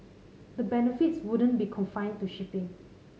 the benefits wouldn't be confined to shipping